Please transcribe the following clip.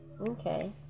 Okay